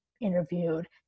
interviewed